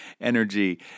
energy